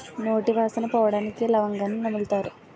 నోటి వాసన పోవడానికి లవంగాన్ని నములుతారు